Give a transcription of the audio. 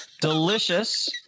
Delicious